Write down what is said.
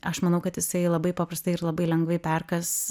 aš manau kad jisai labai paprastai ir labai lengvai perkąs